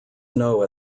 snow